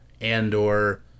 andor